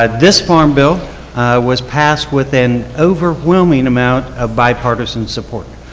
ah this farm bill was passed with an overwhelming amount of bipartisan support.